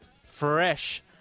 fresh